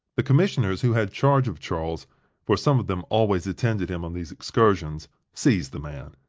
the commissioners who had charge of charles for some of them always attended him on these excursions seized the man.